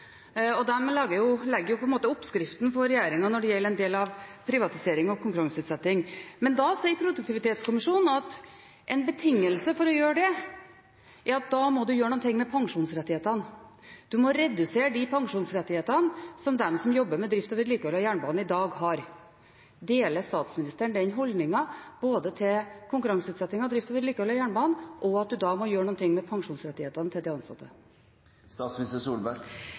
og de lager på en måte oppskriften for regjeringen når det gjelder en del privatisering og konkurranseutsetting. Men da sier produktivitetskommisjonen at en betingelse for å gjøre det er at man da må gjøre noe med pensjonsrettighetene. Man må redusere de pensjonsrettighetene som de som jobber med drift og vedlikehold av jernbanen, i dag har. Deler statsministeren den holdningen, både til konkurranseutsetting av drift og vedlikehold av jernbanen, og at man da må gjøre noe med pensjonsrettighetene til de ansatte?